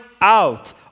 out